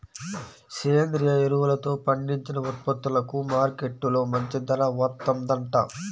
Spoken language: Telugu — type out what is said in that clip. సేంద్రియ ఎరువులతో పండించిన ఉత్పత్తులకు మార్కెట్టులో మంచి ధర వత్తందంట